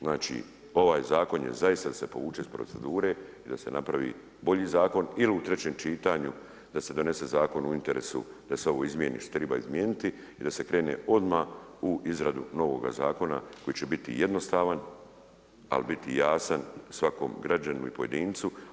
Znači ovaj zakon je zaista da se povuče iz procedure i da se napravi bolji zakon ili u trećem čitanju da se donese zakon u interesu da se ovo izmjeni što se triba izmijeniti i da se krene odma u izradu novoga zakona koji će biti jednostavan, al biti jasan svakom građaninu i pojedincu.